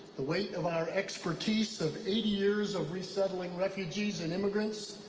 the weight of our expertise of eighty years of resettling refugees and immigrants.